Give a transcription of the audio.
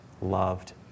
loved